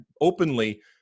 openly